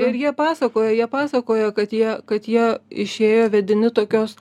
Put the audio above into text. ir jie pasakoja jie pasakoja kad jie kad jie išėjo vedini tokios